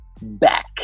back